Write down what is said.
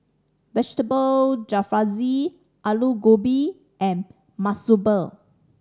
Vegetable Jalfrezi Alu Gobi and Monsunabe